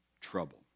trouble